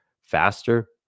faster